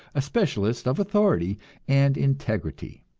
a specialist of authority and integrity.